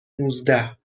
نوزده